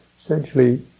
Essentially